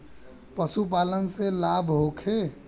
पशु पालन से लाभ होखे?